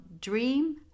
Dream